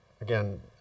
again